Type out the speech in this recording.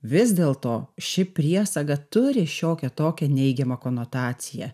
vis dėl to ši priesaga turi šiokią tokią neigiamą konotaciją